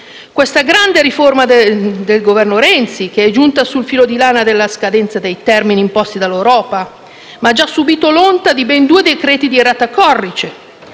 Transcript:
Questa grande riforma del Governo Renzi è giunta sul filo di lana della scadenza dei termini imposti dall'Europa, ma ha già subito l'onta di ben due decreti di *errata corrige*,